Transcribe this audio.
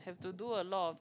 have to do a lot of